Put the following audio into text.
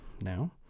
now